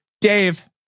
Dave